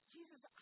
Jesus